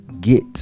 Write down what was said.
get